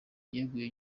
yeguye